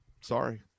Sorry